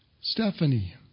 Stephanie